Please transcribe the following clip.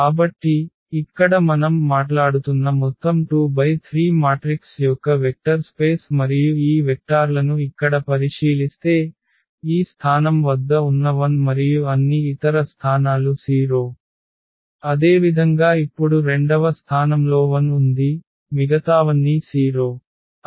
కాబట్టి ఇక్కడ మనం మాట్లాడుతున్న మొత్తం 2×3 మాట్రిక్స్ యొక్క వెక్టర్ స్పేస్ మరియు ఈ వెక్టార్లను ఇక్కడ పరిశీలిస్తే ఈ స్థానం వద్ద ఉన్న 1 మరియు అన్ని ఇతర స్థానాలు 0 అదేవిధంగా ఇప్పుడు రెండవ స్థానంలో 1 ఉంది మిగతావన్నీ 0